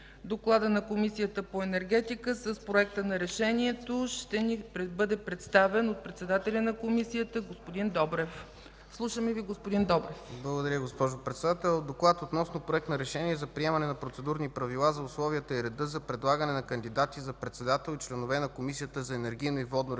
Докладът на Комисията по енергетика и Проектът на решението ще ни представи председателят на Комисията господин Добрев. Слушаме Ви, господин Добрев. ДОКЛАДЧИК ДЕЛЯН ДОБРЕВ: Благодаря, госпожо Председател. „ДОКЛАД относно Проект на решение за приемане на Процедурни правила за условията и реда за предлагане на кандидати за председател и членове на Комисията за енергийно и водно регулиране,